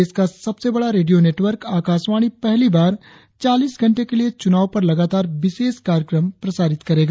देश का सबसे बड़ा रेडियो नेटवर्क आकाशवाणी पहली बार चालीस घंटे के लिए चुनाव पर लगातार विशेष कार्यक्रम प्रसारित करेगा